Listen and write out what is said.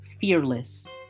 fearless